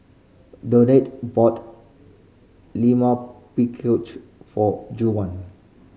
bought for Juwan